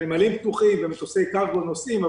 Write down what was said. הנמלים פתוחים ומטוסי קרגו נוסעים,